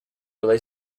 relay